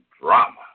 drama